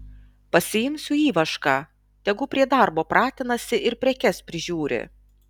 pasiimsiu ivašką tegu prie darbo pratinasi ir prekes prižiūri